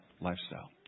lifestyle